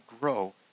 grow